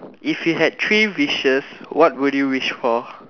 if you had three wishes what would you wish for